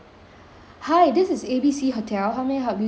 hi this is A B C hotel how may I help you today